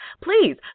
Please